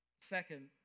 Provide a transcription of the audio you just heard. Second